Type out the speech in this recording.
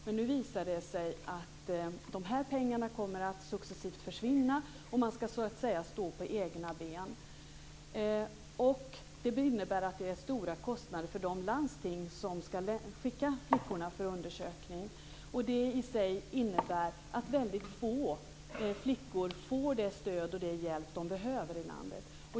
Men nu visar det sig att de här pengarna successivt kommer att försvinna och man ska så att säga stå på egna ben. Det innebär att det blir stora kostnader för de landsting som ska skicka flickorna för undersökning. Det i sig innebär att väldigt få flickor i landet får det stöd och den hjälp de behöver.